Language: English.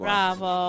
Bravo